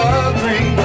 agree